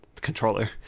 controller